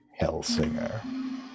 Hellsinger